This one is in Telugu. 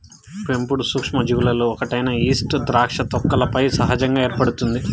పెంపుడు సూక్ష్మజీవులలో ఒకటైన ఈస్ట్ ద్రాక్ష తొక్కలపై సహజంగా ఏర్పడుతుంది